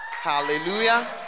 Hallelujah